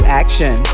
action